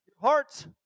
Hearts